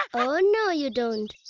um oh, no, you don't!